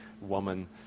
woman